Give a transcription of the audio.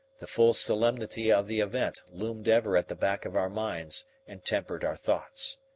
the full solemnity of the event loomed ever at the back of our minds and tempered our thoughts.